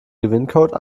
gewinncode